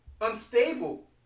unstable